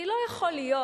כי לא יכול להיות,